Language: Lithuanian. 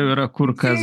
yra kur kas